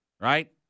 Right